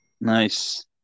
Nice